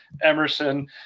Emerson